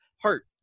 hurt